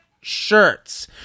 Shirts